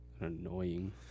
Annoying